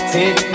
Take